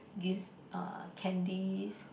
gives uh candies